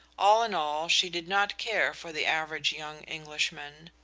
all in all, she did not care for the average young englishman.